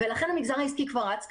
ולכן המגזר העסקי כבר רץ קדימה.